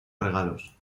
regalos